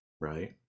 right